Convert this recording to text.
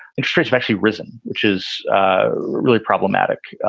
extreme actually risen, which is really problematic.